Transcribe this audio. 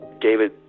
David